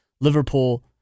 Liverpool